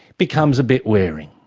becomes a bit wearing.